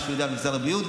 מה שידוע במשרד הבריאות,